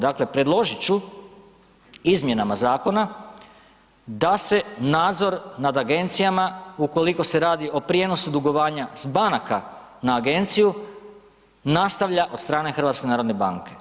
Dakle, predložit ću izmjenama zakona da se nadzor nad agencijama ukoliko se radi o prijenosu dugovanja banaka na agenciju nastavlja od strane HNB-a.